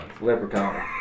Leprechaun